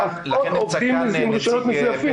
עובדים עם רישיונות מזויפים.